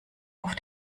auf